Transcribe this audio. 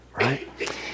right